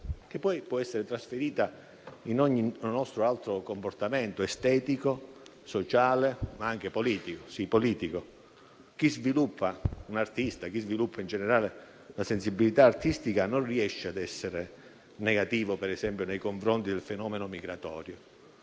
che poi può essere trasferita in ogni nostro altro comportamento: estetico, sociale, ma anche politico; politico, sì, perché chi sviluppa la sensibilità artistica non riesce a essere negativo, ad esempio, nei confronti del fenomeno migratorio,